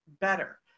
better